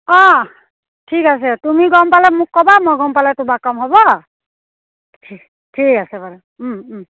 অঁ ঠিক আছে তুমি গম পালে মোক ক'বা মই গম পালে তোমাক কম হ'ব ঠিক আছে বাৰু